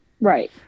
Right